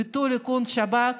ביטול איכון שב"כ